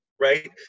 right